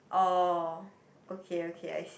orh okay okay I see